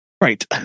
Right